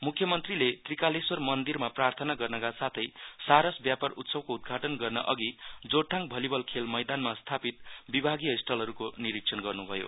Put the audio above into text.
मुख्यमन्त्रीले त्रीकालेश्वर मन्दिरमा प्रार्थना गर्नका साथै सारस व्यापार उत्सवको उदघाटन गर्न अघि जोरथाङ भलिबल खेल मैदानमा स्थापित विभागिय स्टलहरुको निरिक्षण गर्नुभयो